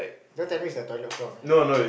don't tell me it's the toilet floor man